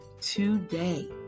today